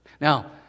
Now